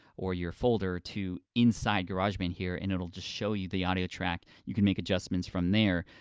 or your folder, to inside garageband here, and it'll just show you the audio track. you can make adjustments from there.